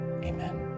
Amen